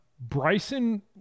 Bryson